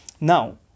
now